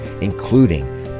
including